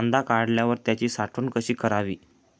कांदा काढल्यावर त्याची साठवण कशी करावी?